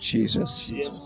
Jesus